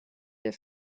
der